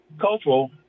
cultural